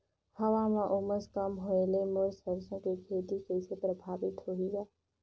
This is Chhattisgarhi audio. हवा म उमस कम होए ले मोर सरसो के खेती कइसे प्रभावित होही ग?